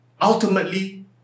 ultimately